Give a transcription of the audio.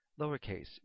lowercase